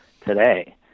today